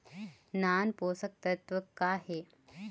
नान पोषकतत्व का हे?